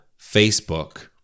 Facebook